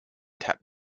tap